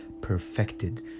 Perfected